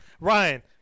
Ryan